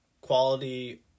quality